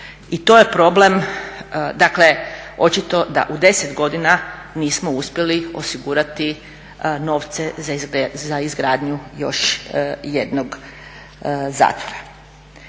I to je problem, dakle očito da u 10 godina nismo uspjeli osigurati novce za izgradnju još jednog zatvora.